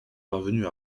parvenus